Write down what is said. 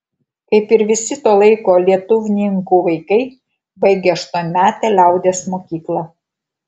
kaip ir visi to laiko lietuvininkų vaikai baigė aštuonmetę liaudies mokyklą